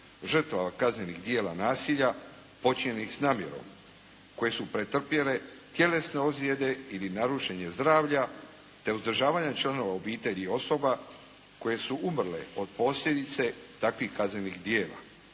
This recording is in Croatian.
žrtava kaznenih djela nasilja počinjenih s namjerom, koje su pretrpjele tjelesne ozljede ili narušenje zdravlja, te uzdržavanjem članova obitelji osoba koje su umrle od posljedice takvih kaznenih djela.